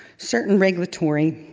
certain regulatory